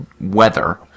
weather